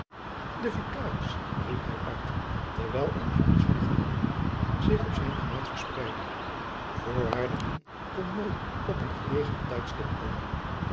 de vicaris riep hij uit terwijl een glans van vergenoegen zich op zijn gelaat verspreidde voorwaar de man kon nooit op een gelegener tijdstip komen